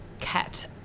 cat